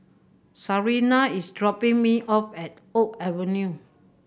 Sarina is dropping me off at Oak Avenue